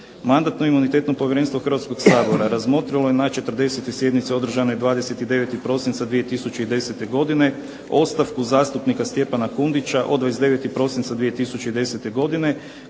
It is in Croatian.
Mandatno-imunitetno povjerenstvo Hrvatskoga sabora razmotrilo je na 40. sjednici održanoj 29. prosinca 2010. godine ostavku zastupnika Stjepana Kundića od 29. prosinca 2010. godine